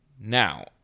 Now